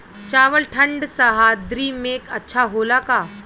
चावल ठंढ सह्याद्री में अच्छा होला का?